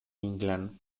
inclán